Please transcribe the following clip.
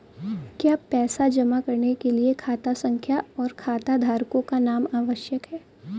क्या पैसा जमा करने के लिए खाता संख्या और खाताधारकों का नाम आवश्यक है?